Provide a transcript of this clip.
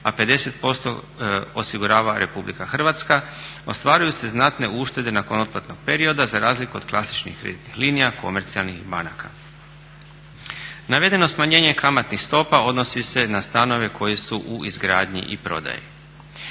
a 50% osigurava Republika Hrvatske ostvaruju se znatne uštede nakon otplatnog perioda za razliku od klasičnih linija komercijalnih banka. Navedeno smanjenje kamatnih stopa odnosi se na stanove koji su u izgradnji i prodaji.